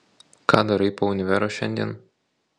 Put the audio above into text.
ką darai po univero šiandien